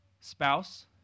spouse